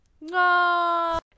No